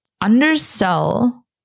undersell